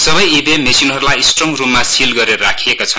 सबै ईभीएम मेशिनहरुलाई स्ट्रडग रुममा सील गरेर राखिएका छन्